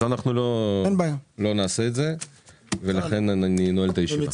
אז אנחנו לא נעשה את זה ולכן אני נועל את הישיבה.